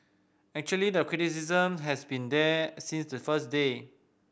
actually the criticism has been there since the first day